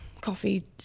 coffee